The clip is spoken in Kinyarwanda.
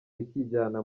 rikijyana